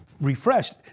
refreshed